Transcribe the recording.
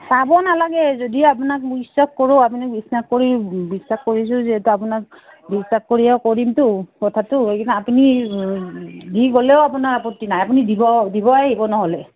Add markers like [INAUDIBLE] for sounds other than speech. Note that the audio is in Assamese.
চাব নালাগে যদি আপোনাক বিশ্বাস কৰোঁ আপুনি বিশ্বাস কৰি বিশ্বাস কৰিছোঁ যিহেতু আপোনাক বিশ্বাস কৰিও কৰিমতো কথাটো [UNINTELLIGIBLE] আপুনি দি গ'লেও আপোনাৰ আপত্তি নাই আপুনি দিব দিবই আহিব নহ'লে